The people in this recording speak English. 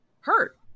hurt